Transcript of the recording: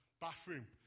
bathroom